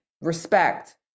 respect